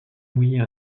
mouiller